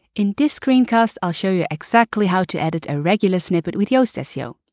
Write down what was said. in this screencast, i'll show you exactly how to edit a regular snippet with yoast seo.